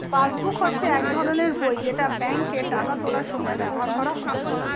passbook হচ্ছে এক ধরনের বই যেটা ব্যাংকে টাকা তোলার সময় ব্যবহার করা হয়